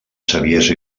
saviesa